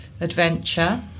adventure